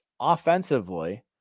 offensively